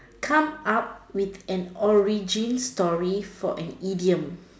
come up with an origin story for an idiom